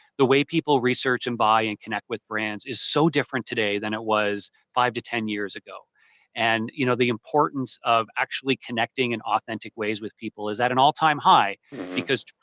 the way people research and buy and connect with brands is so different today than it was five to ten years ago and you know the importance of actually connecting in authentic ways with people is at an all time high because,